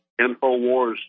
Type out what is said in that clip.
InfoWars